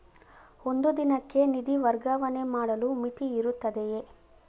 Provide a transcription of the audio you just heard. ಒಂದು ದಿನಕ್ಕೆ ನಿಧಿ ವರ್ಗಾವಣೆ ಮಾಡಲು ಮಿತಿಯಿರುತ್ತದೆಯೇ?